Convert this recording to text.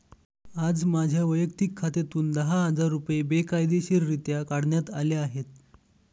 आज माझ्या वैयक्तिक खात्यातून दहा हजार रुपये बेकायदेशीररित्या काढण्यात आले आहेत